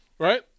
Right